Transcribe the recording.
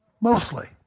mostly